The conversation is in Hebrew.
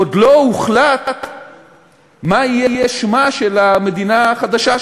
עוד לא הוחלט מה יהיה השם של המדינה החדשה,